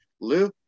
Lou